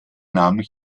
namen